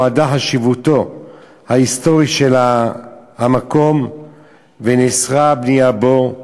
נודעה חשיבותו ההיסטורית של המקום ונאסרה הבנייה בו.